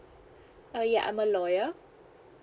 uh ya I'm a lawyer